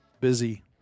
busy